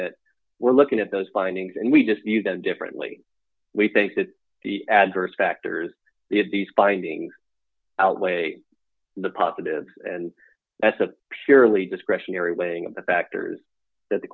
that we're looking at those findings and we just need them differently we think that the adverse factors these findings outweigh the positives and that's a fairly discretionary weighing of the factors that the